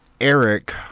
Eric